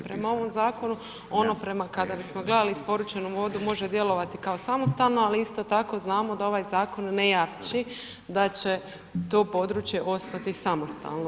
Prema ovom zakonu ono prema kada bismo gledali isporučenu vodu, može djelovati kao samostalno ali isto tako znamo da ovaj zakon ne jamči da će to područje ostati samostalno.